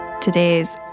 Today's